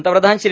पंतप्रधान श्री